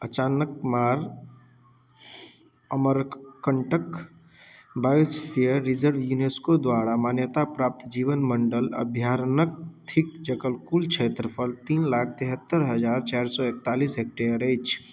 Achanakmar Amarkantak biosphere reserve UNESCO द्वारा मान्यता प्राप्त जीवमण्डल अभ्यारण्यके थिक जकर कुल क्षेत्रफल तीन लाख तेहत्तरि हजार चारि सओ एकतालिस हेक्टेअर अछि